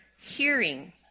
hearing